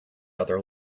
other